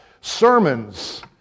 sermons